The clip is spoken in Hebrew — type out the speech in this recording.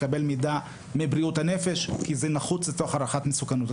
יקבל מידע מבריאות הנפש כי זה נחוץ להערכת המסוכנות.